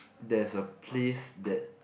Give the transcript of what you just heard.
there is a place that